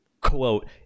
quote